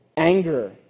anger